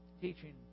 teaching